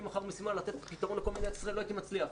מחר משימה לתת פתרון לכל מדינת ישראל לא הייתי מצליח.